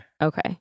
Okay